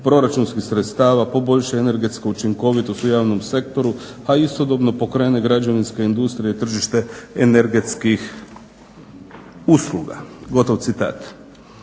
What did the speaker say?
proračunskih sredstava poboljša energetska učinkovitost u javnom sektoru, a istodobno pokrene građevinska industrija i tržište energetskih usluga." Znači